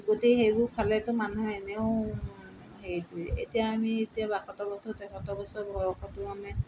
গতিকে সেইবোৰ খালেতো মানুহ এনেও হেৰি এতিয়া আমি এতিয়া বাসত্তৰ বছৰ তেসত্তৰ বছৰ বয়সতো মানে